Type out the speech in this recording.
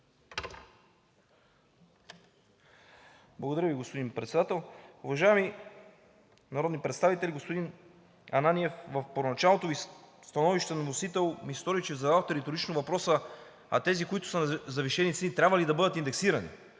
Благодаря Ви, господин Председател. Уважаеми народни представители, господин Ананиев! В първоначалното Ви становище на вносител ми се стори, че зададохте риторично въпроса – а тези, които са на завишени цени, трябва ли да бъдат индексирани?